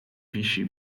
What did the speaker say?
wisi